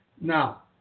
Now